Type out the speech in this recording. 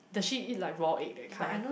does she eat like raw egg that kind